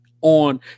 on